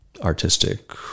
artistic